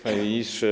Panie Ministrze!